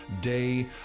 day